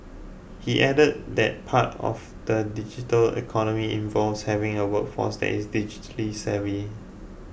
he added that part of the digital economy involves having a workforce that is digitally savvy